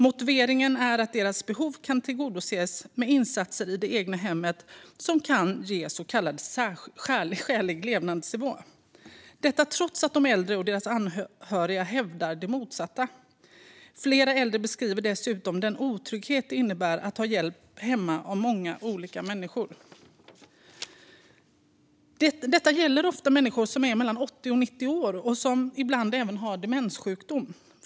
Motiveringen är att deras behov kan tillgodoses med insatser i det egna hemmet som kan ge så kallad skälig levnadsnivå, trots att de äldre och deras anhöriga hävdar det motsatta. Flera äldre beskriver dessutom den otrygghet det innebär att ha hjälp hemma av många olika människor. Detta gäller ofta människor som är mellan 80 och 90 år och ibland även har demenssjukdom.